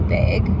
big